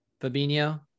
Fabinho